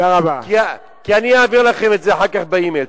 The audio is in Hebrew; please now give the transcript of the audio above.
אני אעביר לכם את זה אחר כך במייל.